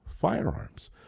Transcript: firearms